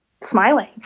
smiling